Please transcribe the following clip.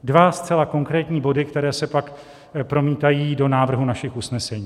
Dva zcela konkrétní body, které se pak promítají do návrhu našich usnesení.